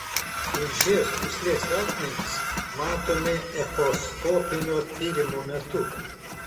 tulžies pūslės akmenys matomi echoskopinio tyrimo metu